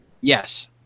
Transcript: Yes